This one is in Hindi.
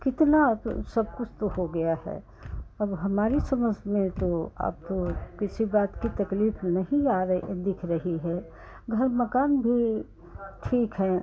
कितना तो सब कुछ तो हो गया है अब हमारी समझ में तो अब तो किसी बात की तकलीफ़ नहीं आ रही दिख रही है घर मकान भी ठीक हैं